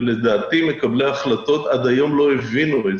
ולדעתי מקבלי ההחלטות עד היום לא הבינו את